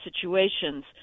situations